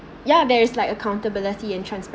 ya there is like accountability entrance